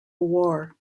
war